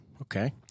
Okay